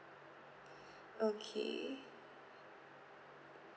okay